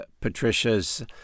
patricia's